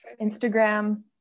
Instagram